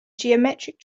geometric